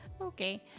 Okay